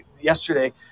yesterday